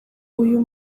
uyu